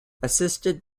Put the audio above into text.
assisted